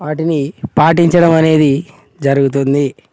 వాటిని పాటించడం అనేది జరుగుతుంది